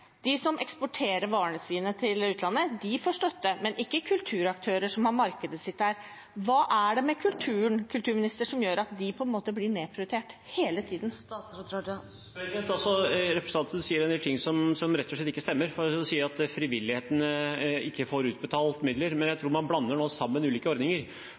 De som eksporterer varene sine til utlandet, får støtte, men ikke kulturaktører som har markedet sitt der. Hva mener kulturministeren det er med kulturen som gjør at de blir nedprioritert hele tiden? Representanten Sem-Jacobsen sier en del ting som rett og slett ikke stemmer – hun sier at frivilligheten ikke får utbetalt midler. Jeg tror man blander sammen ulike ordninger.